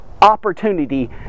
opportunity